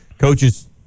coaches